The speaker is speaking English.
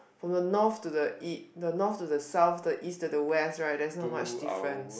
from the north to the east the north to the south the east to west there is no much different